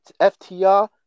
FTR